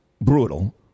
brutal